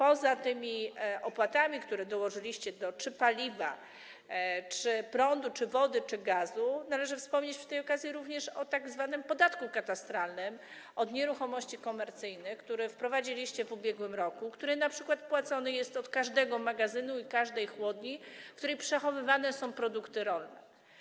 Oprócz o tych opłatach, które dołożyliście do cen paliwa, prądu, wody czy gazu, należy wspomnieć przy tej okazji o tzw. podatku katastralnym od nieruchomości komercyjnych, który wprowadziliście w ubiegłym roku, który np. płacony jest od każdego magazynu i każdej chłodni, w której przechowywane są produkty rolne.